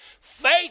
Faith